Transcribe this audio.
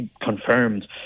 confirmed